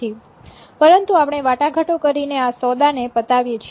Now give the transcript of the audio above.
પરંતુ આપણે વાટાઘાટો કરીને આ સોદાને પતાવીએ છીએ